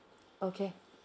okay